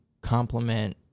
complement